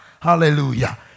Hallelujah